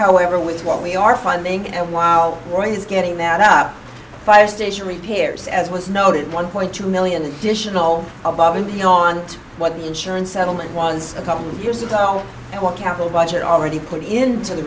however with what we are finding and while growing is getting that up firestation repairs as was noted one point two million additional above and beyond what the insurance settlement was a couple of years ago and one council budget already put into the